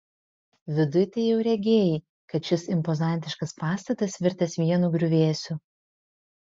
viduj tai jau regėjai kad šis impozantiškas pastatas virtęs vienu griuvėsiu